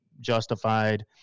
justified